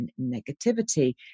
negativity